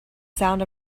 sound